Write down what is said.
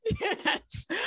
yes